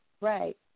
Right